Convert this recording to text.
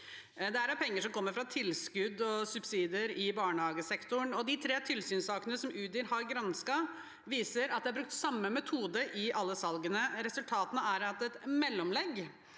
Det er penger som kommer fra tilskudd og subsidier i barnehagesektoren. De tre tilsynssakene Udir har gransket, viser at det er brukt samme metode i alle salgene. Resultatet er at et mellomlegg